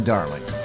Darling